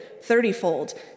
thirtyfold